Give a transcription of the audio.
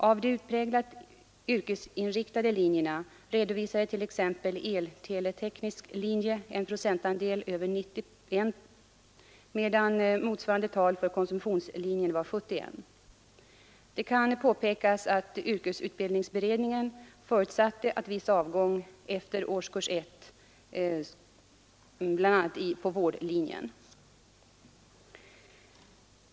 Av de utpräglat yrkesinriktade linjerna redovisade t.ex. el-teleteknisk linje en procentandel över 91, medan motsvarande tal för konsumtionslinjen var 71. Det kan påpekas att yrkesutbildningsberedningen förutsatte viss avgång efter årskurs 1, bl.a. på vårdlinjen.